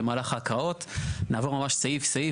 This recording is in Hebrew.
במהלך ההקראות נקרא ממש סעיף סעיף